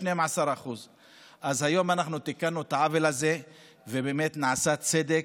12%. אז היום אנחנו תיקנו את העוול הזה ובאמת נעשה צדק,